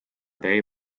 they